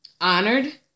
honored